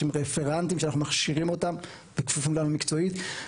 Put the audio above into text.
שהם רפרנטים שאנחנו מכשירים אותם וכפופים לנו מקצועית.